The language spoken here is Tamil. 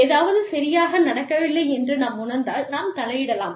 ஏதாவது சரியாக நடக்கவில்லை என்று நாம் உணர்ந்தால் நாம் தலையிடலாம்